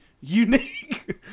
unique